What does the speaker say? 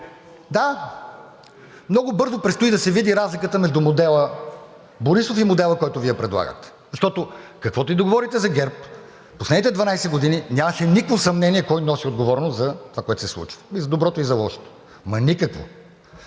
да, много бързо предстои да се види разликата между модела Борисов и модела, който Вие предлагате. Защото каквото и да говорите за ГЕРБ, в последните 12 години нямаше никакво съмнение кой носи отговорност за това, което се случва – и за доброто, и за лошото. Ама никакво!